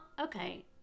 okay